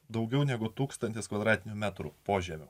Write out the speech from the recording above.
daugiau negu tūkstantis kvadratinių metrų požemio